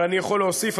אבל אני יכול להוסיף,